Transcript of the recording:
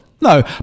no